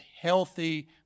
healthy